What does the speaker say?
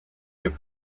give